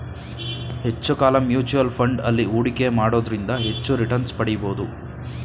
ಹೆಚ್ಚು ಕಾಲ mutual fund ಅಲ್ಲಿ ಹೂಡಿಕೆಯ ಮಾಡೋದ್ರಿಂದ ಹೆಚ್ಚು ರಿಟನ್ಸ್ ಪಡಿಬೋದು